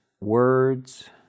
words